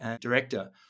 Director